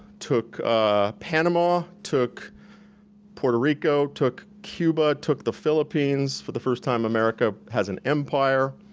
took ah panama, took puerto rico, took cuba, took the philippines, for the first time america has an empire.